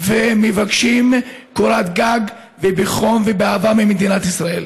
והם מבקשים קורת גג, בחום ובאהבה ממדינת ישראל.